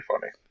funny